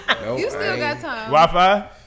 Wi-Fi